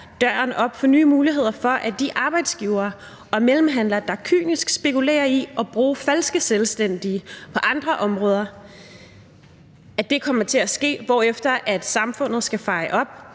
døren op for nye muligheder for, at det kommer til at ske, at arbejdsgivere og mellemhandlere kynisk spekulerer i at bruge falske selvstændige på andre områder, hvorefter samfundet skal feje op